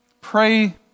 Pray